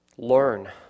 learn